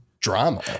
Drama